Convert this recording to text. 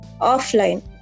offline